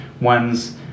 one's